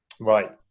Right